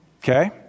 okay